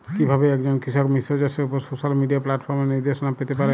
কিভাবে একজন কৃষক মিশ্র চাষের উপর সোশ্যাল মিডিয়া প্ল্যাটফর্মে নির্দেশনা পেতে পারে?